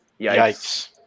Yikes